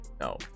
no